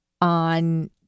on